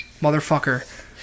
Motherfucker